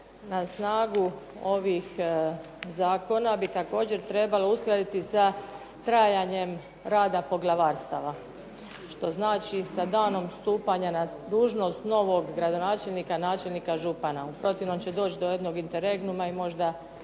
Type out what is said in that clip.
na snagu ovih zakona bi također trebalo uskladiti sa trajanjem rada poglavarstava što znači sa danom stupanja na dužnost novog gradonačelnika, načelnika, župana. U protivnom će doći do jednog interregnuma možda